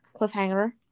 Cliffhanger